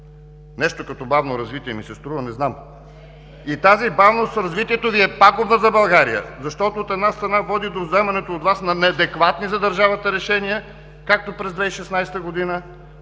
Нещо като бавно развитие, ми се струва. Не знам?! И тази бавност в развитието Ви е пагубна за България. Защото, от една страна, води до вземането от Вас на неадекватни за държавата решения, както през 2016 г.,